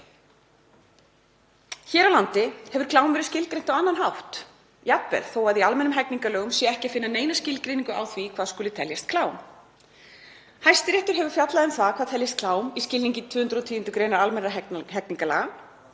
Hér á landi hefur klám verið skilgreint á annan hátt, jafnvel þó að í almennum hegningarlögum sé ekki að finna neina skilgreiningu á því hvað skuli teljast klám. Hæstiréttur hefur fjallað um það hvað teljist klám í skilningi 210. gr. almennra hegningarlaga,